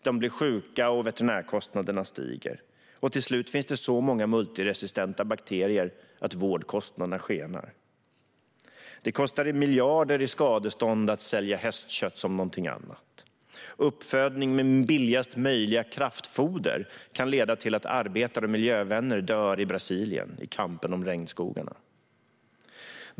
De blir sjuka, veterinärkostnaderna stiger och till slut finns det så många multiresistenta bakterier att vårdkostnaderna skenar. Det kostade miljarder i skadestånd att sälja hästkött som någonting annat. Uppfödning med billigast möjliga kraftfoder kan leda till att arbetare och miljövänner dör i Brasilien i kampen om regnskogarna.